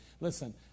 Listen